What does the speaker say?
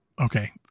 Okay